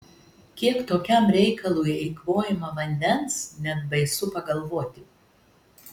kiek tokiam reikalui eikvojama vandens net baisu pagalvoti